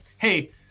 hey